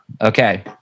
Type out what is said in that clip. Okay